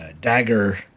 dagger